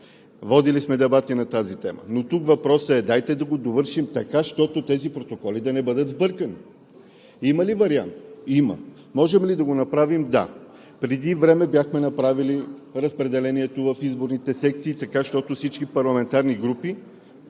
водили сме дебати на тази тема, но тук въпросът е – дайте да го довършим, така щото тези протоколи да не бъдат сбъркани. Има ли вариант? Има. Можем ли да го направим? Да. Преди време бяхме направили разпределението в изборните секции, така щото всички представени